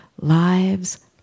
lives